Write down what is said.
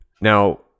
Now